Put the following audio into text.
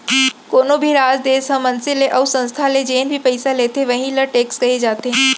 कोनो भी राज, देस ह मनसे ले अउ संस्था ले जेन भी पइसा लेथे वहीं ल टेक्स कहे जाथे